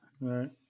Right